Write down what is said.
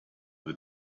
the